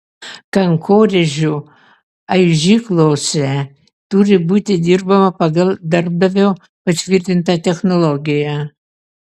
kankorėžių aižyklose turi būti dirbama pagal darbdavio patvirtintą technologiją